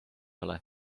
ole